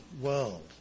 world